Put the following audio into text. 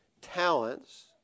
talents